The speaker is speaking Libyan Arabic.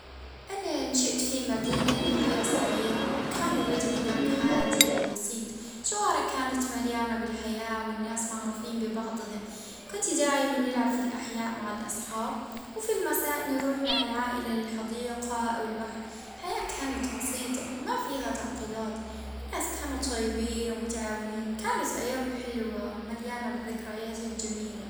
اه كبرت في حي هادي اه الكل يعرفو بعضهم الأجواء كانت ديما عائلية والناس يعاونوا في بعضهم في الأفراح وفي الأحزان الجو كان مليان محبة.